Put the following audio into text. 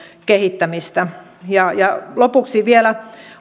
kehittämistä lopuksi vielä